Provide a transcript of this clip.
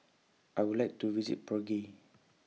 I Would like to visit Prague